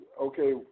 okay